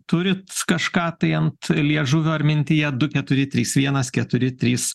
turit kažką tai ant liežuvio ar mintyje du keturi trys vienas keturi trys